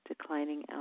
declining